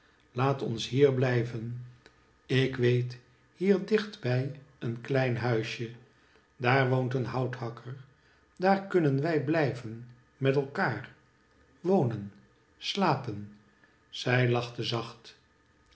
laat ons hier blijven ik weet hier dichtbij een kleinhuisje daar woonteenhouthakker daar kunnen wij blijven met elkaar wonen slapen zij lachte zacht